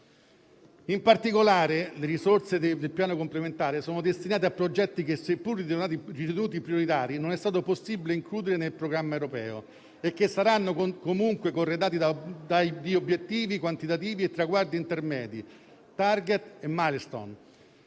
In particolare, le risorse del Piano complementare sono destinate a progetti che, seppur ritenuti prioritari, non è stato possibile includere nel programma europeo e che saranno, comunque, corredati da obiettivi quantitativi e traguardi intermedi (*target e milestone*),